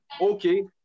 Okay